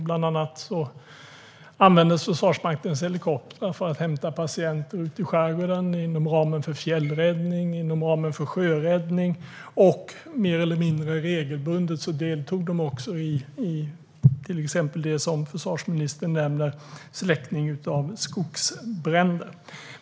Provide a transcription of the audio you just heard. Bland annat användes Försvarsmaktens helikoptrar för att hämta patienter ute i skärgården, inom ramen för fjällräddning och inom ramen för sjöräddning, och mer eller mindre regelbundet deltog de också till exempel vid släckning av skogsbränder, som försvarsministern nämner.